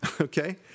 okay